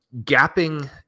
gapping